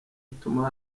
ituma